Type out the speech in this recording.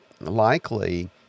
likely